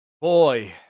Boy